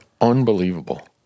unbelievable